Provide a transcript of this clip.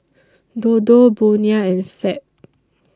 Dodo Bonia and Fab